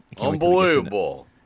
Unbelievable